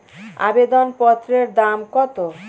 আবেদন পত্রের দাম কত?